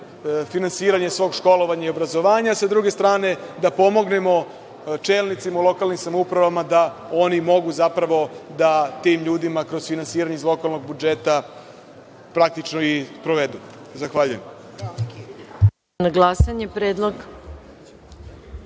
finansiranje svog školovanja i obrazovanja, sa druge strane da pomognemo čelnicima u lokalnim samoupravama da oni mogu da tim ljudima kroz finansiranje iz lokalnog budžeta praktično i sprovedu. Zahvaljujem.